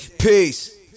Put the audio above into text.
peace